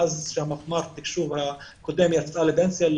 מאז שמפמ"ר תקשוב הקודם יצאה לפנסיה,